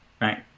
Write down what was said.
right